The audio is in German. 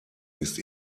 ist